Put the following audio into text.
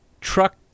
truck